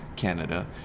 canada